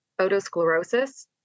otosclerosis